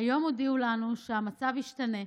היום הודיעו לנו שהמצב ישתנה,